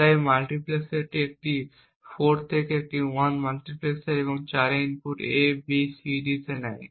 তাই এই মাল্টিপ্লেক্সারটি একটি 4 থেকে 1 মাল্টিপ্লেক্সার এটি 4টি ইনপুট A B C এবং D নেয়